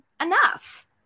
enough